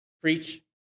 preach